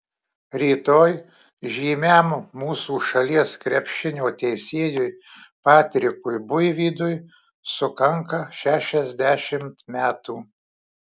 rytoj žymiam mūsų šalies krepšinio teisėjui patrikui buivydui sukanka šešiasdešimt metų